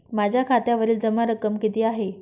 माझ्या खात्यावरील जमा रक्कम किती आहे?